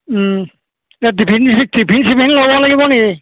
এই tiffin tiffin চিফিন ল'ব লাগিব নেকি